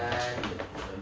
ah kesian